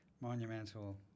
monumental